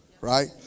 right